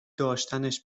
داشتنش